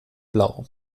blau